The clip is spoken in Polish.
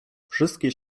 wszystkie